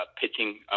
pitching